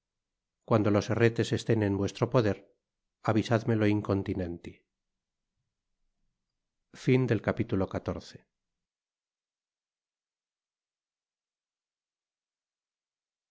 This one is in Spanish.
cuando los herretes estén en vuestro poder avisádmelo incontinentí